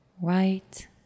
right